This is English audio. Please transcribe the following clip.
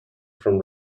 from